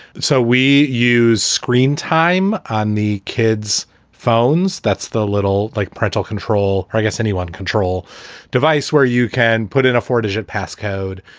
so we used screen time on the kids phones. that's the little like parental control, i guess any one control device where you can put in a four digit passcode.